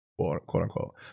quote-unquote